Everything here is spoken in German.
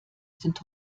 sind